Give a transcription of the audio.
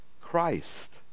Christ